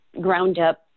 ground-up